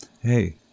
hey